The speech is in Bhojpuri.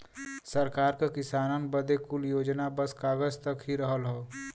सरकार क किसानन बदे कुल योजना बस कागज तक ही रहल हौ